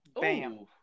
Bam